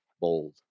bold